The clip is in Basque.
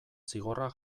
zigorra